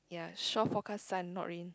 yea show forecast sun no rain